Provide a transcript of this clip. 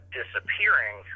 disappearing